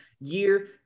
year